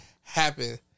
happen